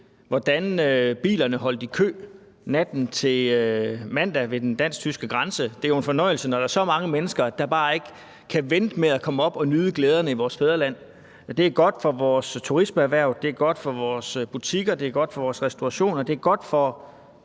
hvordan bilerne holdt i kø natten til mandag ved den dansk-tyske grænse. Det er jo en fornøjelse, når der er så mange mennesker, der bare ikke kan vente med at komme op og nyde glæderne i vores fædreland. Det er godt for vores turismeerhverv, det er godt for vores butikker, det er godt for vores restaurationer, det er godt for